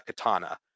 katana